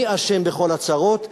מי אשם בכל הצרות,